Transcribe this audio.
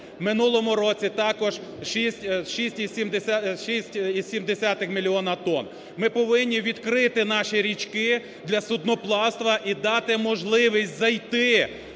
минулому році також 6,7 мільйона тонн. Ми повинні відрити наші річки для судноплавства і дати можливість зайти